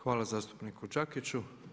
Hvala zastupniku Đakiću.